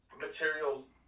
materials